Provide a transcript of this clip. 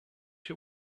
you